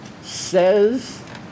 says